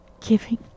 Giving